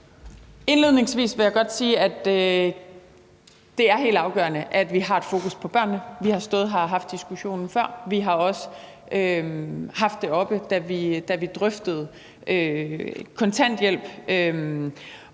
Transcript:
Indledningsvis vil jeg godt sige, at det er helt afgørende, at vi har et fokus på børnene. Vi har stået her og haft diskussionen før. Vi har også haft det oppe, da vi drøftede kontanthjælp,